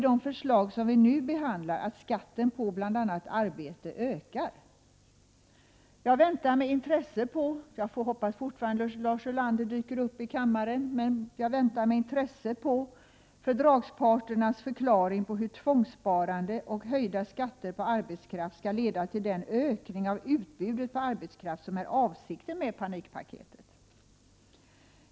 Jag hoppas fortfarande på att Lars Ulander dyker upp i kammaren, och jag väntar med intresse på fördragsparternas förklaring till hur tvångssparande och höjda skatter på arbetskraft skall leda till den ökning av utbudet på arbetskraft som är avsikten med panikpaketet.